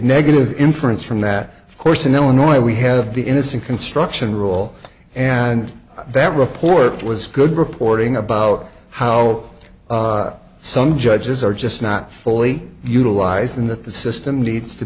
negative inference from that of course in illinois we have the innocent construction rule and that report was good reporting about how some judges are just not fully utilized in that the system needs to